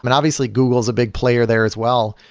but obviously, google is a big player there as well,